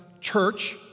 church—